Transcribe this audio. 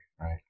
right